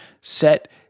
set